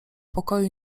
pokoju